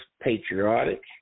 patriotic